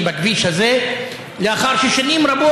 אנחנו היינו כבר שומעים פה